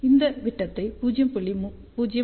இப்போது விட்டத்தை 0